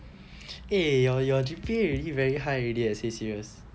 eh your your G_P_A already very high already I say serious